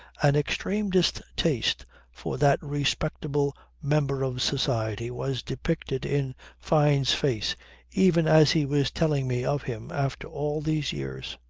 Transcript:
an extreme distaste for that respectable member of society was depicted in fyne's face even as he was telling me of him after all these years.